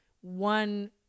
one